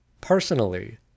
Personally